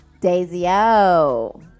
Daisy-O